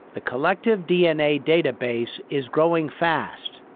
the collective dna database is growing fast.